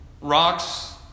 rocks